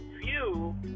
view